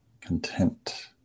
content